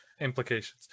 implications